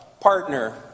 partner